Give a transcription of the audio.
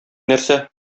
нәрсә